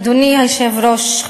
אדוני היושב-ראש,